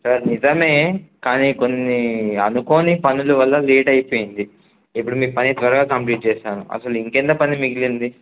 sir నిజమే కానీ కొన్ని అనుకోని పనుల వల్ల లేట్ అయిపోయింది ఇప్పుడు మీ పని త్వరగా కంప్లీట్ చేస్తాను అసలు ఇంకెంత పని మిగిలింది